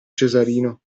cesarino